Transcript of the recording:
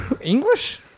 English